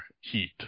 heat